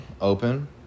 Open